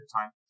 time